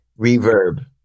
reverb